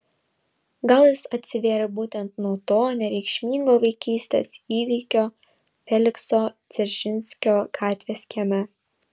gal jis atsivėrė būtent nuo to nereikšmingo vaikystės įvykio felikso dzeržinskio gatvės kieme